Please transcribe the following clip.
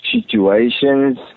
situations